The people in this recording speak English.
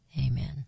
Amen